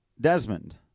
Desmond